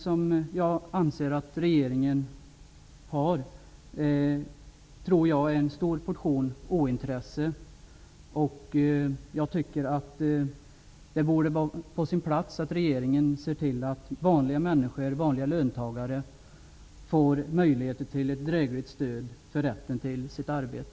Jag tror att den beror på en stor portion ointresse. Det skulle vara på sin plats att regeringen såg till att vanliga människor, vanliga löntagare, får möjlighet till ett drägligt stöd för rätten till sitt arbete.